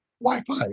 Wi-Fi